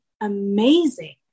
amazing